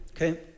okay